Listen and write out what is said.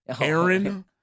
Aaron